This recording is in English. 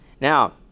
Now